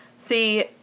See